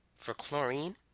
for chlorine,